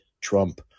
Trump